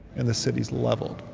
and the city's leveled.